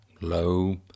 low